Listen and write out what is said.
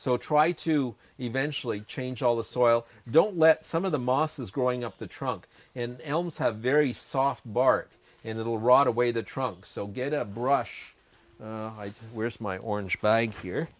so try to eventually change all the soil don't let some of the mosses growing up the trunk and elms have very soft bark and it will rot away the trunk so get up brush where's my orange bank here